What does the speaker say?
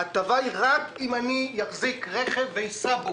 ההטבה היא רק אם אני אחזיק רכב ואסע בו.